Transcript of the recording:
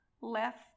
left